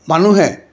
মানুহে